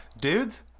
dudes